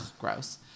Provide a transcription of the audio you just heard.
gross